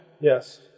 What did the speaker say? Yes